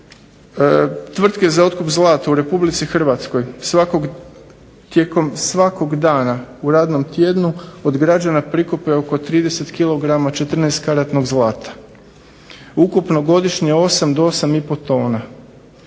tvrtke za otkup zlata u RH tijekom svakog dana u radnom tjednu od građana prikupe oko 30 kg 14-karatnog zlata. Ukupno godišnje 8 do 8,5 tona.